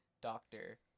doctor